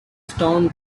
storm